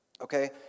okay